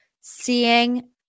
Seeing